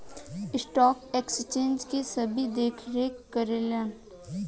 stock exchange के सेबी देखरेख करेला